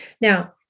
Now